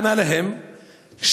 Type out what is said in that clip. ענה להם,